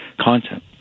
content